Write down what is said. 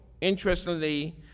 Interestingly